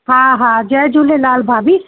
हा हा जय झूलेलाल भाभी